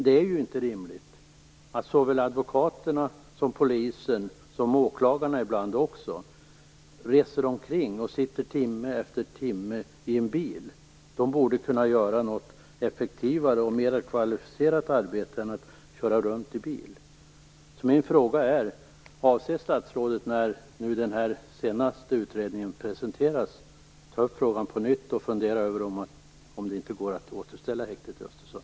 Det är inte rimligt att advokaterna, polisen och ibland även åklagarna reser omkring och sitter timme efter timme i en bil. De borde kunna utföra något effektivare och mer kvalificerat arbete än att köra runt i bil. Avser statsrådet att ta upp frågan på nytt när den senaste utredningen presenteras, och fundera över om det inte går att återställa häktet i Östersund?